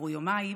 עברו יומיים,